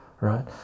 right